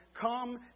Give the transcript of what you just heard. Come